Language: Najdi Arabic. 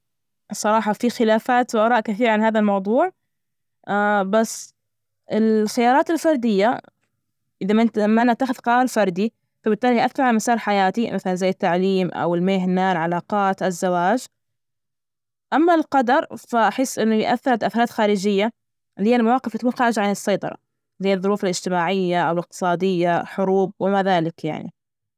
الصراحة في خلافات، وآراء كثيرة عن هذا الموضوع، بس الخيارات الفردية إذا ما أنت تتخذ قرار فردي فبالتالي هيأثر على مسار حياتي مثلا زي التعليم أو المهنة، العلاقات، الزواج، أما القدر فأحس إنه يأثر تأثرات خارجية اللي هي المواقف اللي تكون خارجة عن السيطرة اللي هي الظروف الاجتماعية أو الإقتصادية، حروب، وما ذلك يعني.